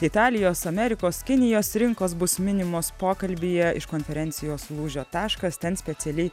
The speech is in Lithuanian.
italijos amerikos kinijos rinkos bus minimos pokalbyje iš konferencijos lūžio taškas ten specialiai